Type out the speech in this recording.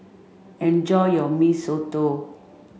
enjoy your Mee Soto